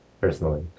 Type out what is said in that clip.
personally